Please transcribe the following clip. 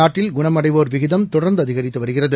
நாட்டில் குணமடைவோர் விகிதம் தொடர்ந்து அதிகரித்து வருகிறது